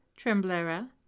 tremblera